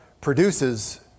produces